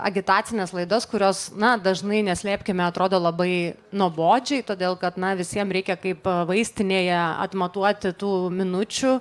agitacines laidas kurios na dažnai neslėpkime atrodo labai nuobodžiai todėl kad na visiem reikia kaip vaistinėje atmatuoti tų minučių